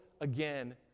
again